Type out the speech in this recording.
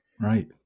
Right